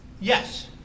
Yes